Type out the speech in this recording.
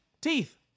Teeth